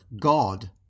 God